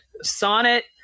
Sonnet